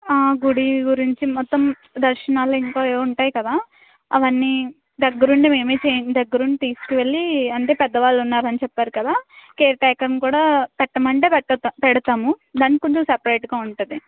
గుడి గురించి మొత్తం దర్శనాలు ఇంకా ఏవో ఉంటాయి కదా అవన్నీ దగ్గరుండి మేమే దగ్గరుండి చేయిం దగ్గరుండి తీసుకువెళ్ళి అంటే పెద్దవాళ్ళు ఉన్నారని చెప్పారు కదా కేర్ టెకర్ని కూడా పెట్టమంటే పెడతాము దానికి కొంచెం సపరేట్గా ఉంటుంది